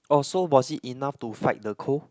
uh so was it enough to fight the cold